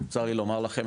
צר לי לומר לכם,